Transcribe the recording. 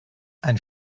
einen